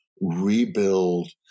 rebuild